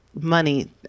money